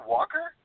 Walker